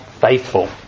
faithful